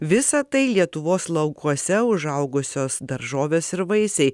visą tai lietuvos laukuose užaugusios daržovės ir vaisiai